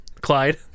Clyde